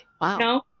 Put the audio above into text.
wow